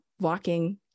walking